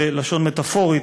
בלשון מטפורית,